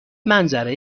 منظره